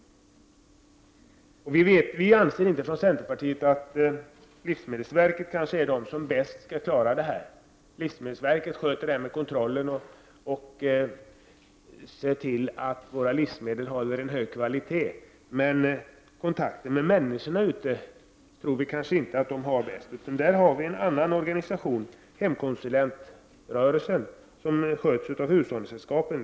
Vi i centerpartiet anser kanske inte att det är livsmedelsverket som är bäst på att klara detta. Livsmedelsverket sköter kontrollen och ser till att våra livsmedel håller en hög kvalitet. Men vi tror inte att verket klarar kontakterna med människorna bäst.